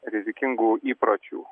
rizikingų įpročių